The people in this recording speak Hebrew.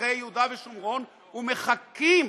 בשטחי ביהודה ושומרון ומחכים